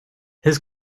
his